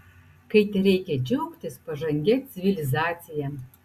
kai tereikia džiaugtis pažangia civilizacija